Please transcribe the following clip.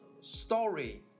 story